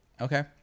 Okay